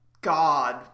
God